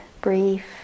brief